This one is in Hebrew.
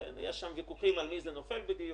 יש שם ויכוחים על מי זה נופל בדיוק.